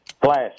Flash